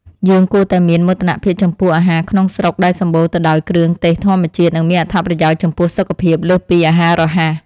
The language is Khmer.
យើងគួរតែមានមោទនភាពចំពោះអាហារក្នុងស្រុកដែលសម្បូរទៅដោយគ្រឿងទេសធម្មជាតិ និងមានអត្ថប្រយោជន៍ចំពោះសុខភាពលើសពីអាហាររហ័ស។